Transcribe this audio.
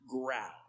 growl